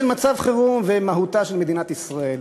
של מצב חירום ומהותה של מדינת ישראל.